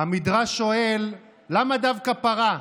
המדרש שואל: למה דווקא פרה?